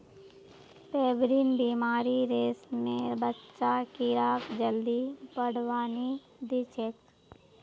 pebrine बीमारी रेशमेर बच्चा कीड़ाक जल्दी बढ़वा नी दिछेक